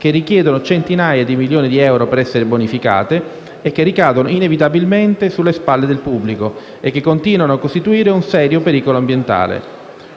che richiedono centinaia di milioni di euro per essere bonificate, che ricadono inevitabilmente sulle spalle del pubblico e che continuano a costituire un serio pericolo ambientale.